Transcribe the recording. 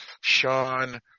Sean